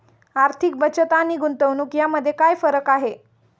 आर्थिक बचत आणि गुंतवणूक यामध्ये काय फरक आहे?